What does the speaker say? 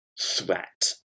threat